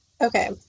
Okay